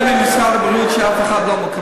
בשביל זה יש ועדת חריגים,